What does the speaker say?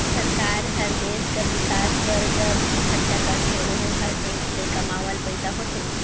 सरकार हर देस कर बिकास बर ज भी खरचा करथे ओहर टेक्स ले कमावल पइसा होथे